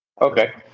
okay